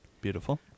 Beautiful